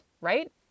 right